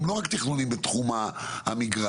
הם לא רק תכנונים בתחום המגרש,